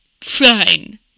Fine